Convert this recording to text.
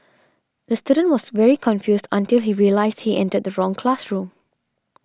the student was very confused until he realised he entered the wrong classroom